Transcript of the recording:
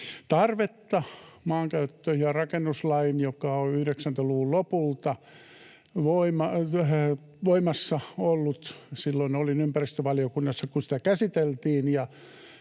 Maankäyttö- ja rakennuslaki, joka on 90-luvun lopulta voimassa ollut — olin silloin ympäristövaliokunnassa, kun sitä käsiteltiin,